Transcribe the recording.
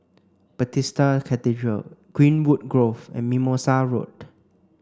Bethesda Cathedral Greenwood Grove and Mimosa Road